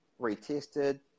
retested